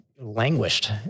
languished